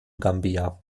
gambia